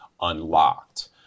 unlocked